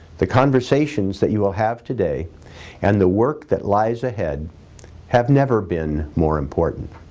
the conversations that you'll have today and the work that lies ahead have never been more important.